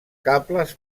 cables